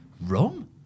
rum